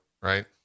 right